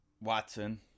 Watson